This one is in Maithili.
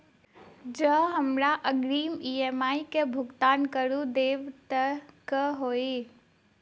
जँ हमरा अग्रिम ई.एम.आई केँ भुगतान करऽ देब तऽ कऽ होइ?